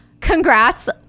congrats